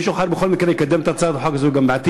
מישהו אחר יקדם בכל מקרה את הצעת החוק הזאת גם בעתיד.